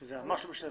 שזה ממש לא בשליטתם.